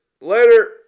Later